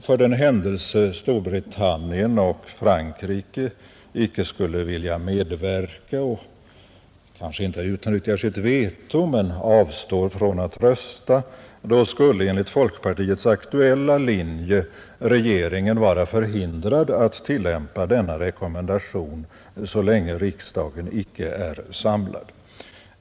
För den händelse Storbritannien och Frankrike icke skulle vilja medverka och kanske inte utnyttjar sitt veto men avstår från att rösta, skulle då enligt folkpartiets aktuella linje regeringen vara förhindrad att tillämpa denna rekommendation så länge riksdagen icke är samlad?